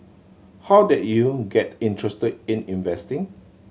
how did you get interested in investing